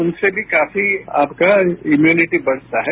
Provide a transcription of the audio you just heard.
उनसे भी काफी आपका इम्युनिटी बढ़ता है